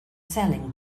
selling